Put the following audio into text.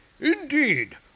Indeed